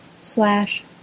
slash